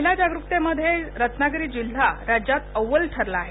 महिला जागरूकतेमध्ये रत्नागिरी जिल्हा राज्यात अव्वल ठरला आहे